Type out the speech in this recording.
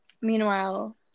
Meanwhile